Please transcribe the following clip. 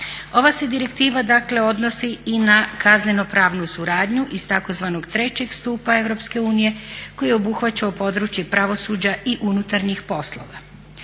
Ova se direktiva dakle odnosi i na kazneno pravnu suradnju iz tzv. trećeg stupa EU koji je obuhvaćao područje pravosuđa i unutarnjih poslova.